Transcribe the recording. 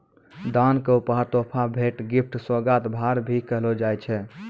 दान क उपहार, तोहफा, भेंट, गिफ्ट, सोगात, भार, भी कहलो जाय छै